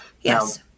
yes